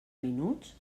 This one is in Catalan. minuts